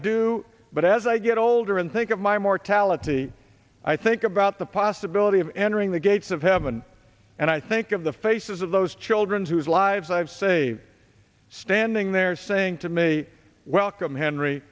do but as i get older and think of my mortality i think about the possibility of entering the gates of heaven and i think of the faces of those children whose lives i've saved standing there saying to me welcome henry